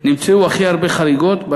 נמצאו הכי הרבה חריגות של